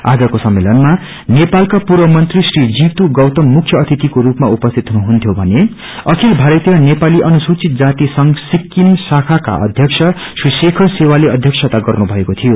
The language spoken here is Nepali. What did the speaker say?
आजको सम्मेलनमा नोपालाका पूर्व मंत्री श्री जितु गौतम मुख्य अतिथिको रूपमा उपसिति हुनुहुन्थ्यो भने अखिल भारतीय नेपाली अनुससूचित जाति संघ सिकिम शााक्वा अध्यक्ष श्री शेखर सेवाले अध्यक्षता गर्नु भएको शियो